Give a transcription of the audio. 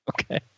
Okay